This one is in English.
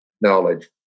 knowledge